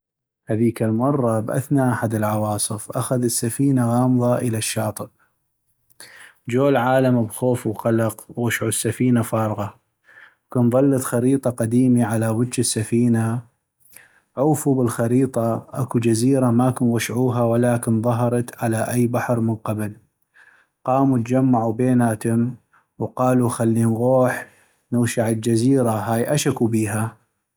هذيك المرة باثناء احد العواصف اخذت سفينة غامضة إلى الشاطئ. جو العالم بخوف وقلق. وغشعو السفينة فارغة .وكن ضلت خريطة قديمي على وج السفينة .عغفو بالخريطة اكو جزيرة ما كن غشعوها ولا كن ظهرت على اي بحر من قبل ، قاموا أجمعوا بيناتم وقالوا خلي نغوح نغشع الجزيزة هاي اشكو بيها.